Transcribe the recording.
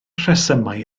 rhesymau